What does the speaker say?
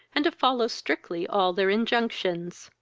and to follow strictly all their injunctions.